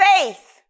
Faith